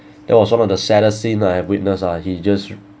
that was one of the saddest scene I have witnessed ah he just